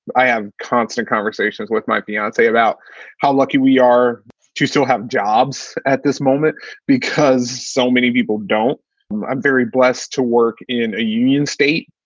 i have constant conversations with my fiancee about how lucky we are to still have jobs at this moment because so many people don't. i'm very blessed to work in a union state.